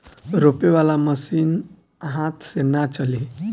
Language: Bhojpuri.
रोपे वाला मशीन हाथ से ना चली